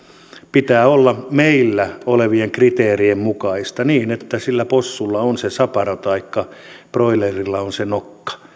pitää olla meillä olevien kriteerien mukaista niin että sillä possulla on se saparo taikka broilerilla on se nokka